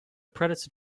predator